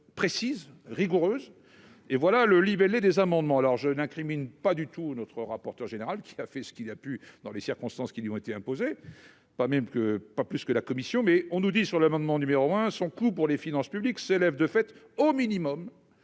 précise, rigoureuse et voilà le libellé des amendements, alors je n'incrimine pas du tout notre rapporteur général qui a fait ce qu'il a pu, dans les circonstances qui lui ont été imposées, pas même que pas plus que la commission, mais on nous dit sur l'amendement numéro un, son coût pour les finances publiques s'élève de fait au minimum